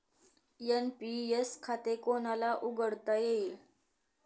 NPS खाते कोणाला उघडता येईल?